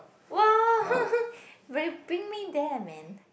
!wow! very bring me there man